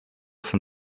von